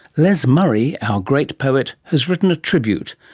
les murray, our great poet, has written a tribute,